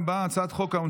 [הצעת חוק פ/3248/25,